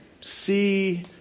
see